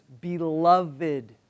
beloved